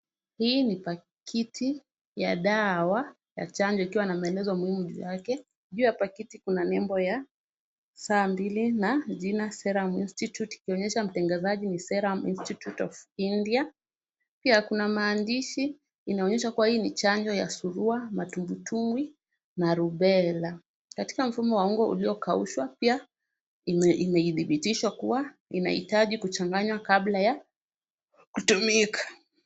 Hii ni pakiti ya dawa ya chanjo ikiwa na maelezo muhimu juu yake. Juu ya pakiti kuna nembo ya saa mbili na jina Serum Institute ikionyesha mtengenezaji ni Serum Institute of India. Pia kuna maandishi inaonyesha kuwa hii ni chanjo ya surua, matumbwitumbwi na rubella . Katika mfumo wa unga uliokaushwa pia imedhibitishwa kuwa inahitaji kuchanganywa kabla ya kutumika.